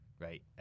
Right